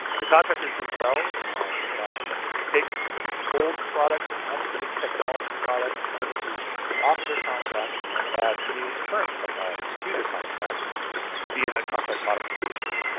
the contractors themselves can take old products or obsolete technology products and services off of their contract and add new current technology to their contracts via contract modification.